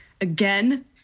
Again